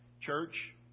church